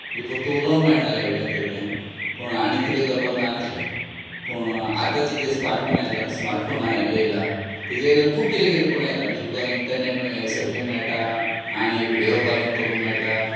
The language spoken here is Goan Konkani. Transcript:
जें फकत उलोवंक मेळटाले हेवटेन तेवटेन पूण आनीक कितें करपाक मेळनासलें पूण आतांचे जे स्मार्ट फोन येयल्यात तेजेर खूब कितें कितें करूं येता म्हणजें तुका इंटरनेट सर्फींग मेळटा आनी व्हिडियो कॉलींग करूंक मेळटा